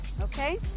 Okay